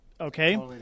Okay